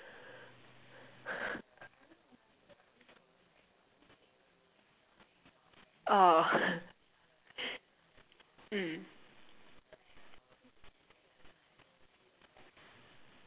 orh mm